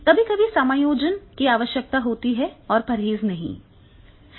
कभी कभी समायोजन की आवश्यकता होती है और परहेज नहीं